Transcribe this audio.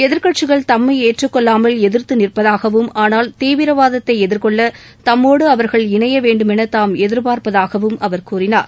எதிர்க்கட்சிகள் தம்மை ஏற்றுக்கொள்ளாமல் எதிர்த்து நிற்பதாகவும் ஆனால் தீவிரவாதத்தை எதிர்க்கொள்ள தம்மோடு அவர்கள் இணைய வேண்டுமென தாம் எதிர்பார்ப்பதாகவும் அவர் கூறினார்